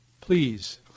please